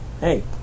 Hey